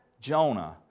Jonah